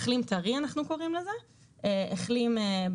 אנחנו קוראים לזה "מחלים טרי",